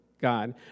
God